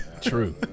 True